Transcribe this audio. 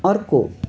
अर्को